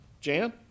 Jan